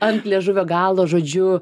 ant liežuvio galo žodžiu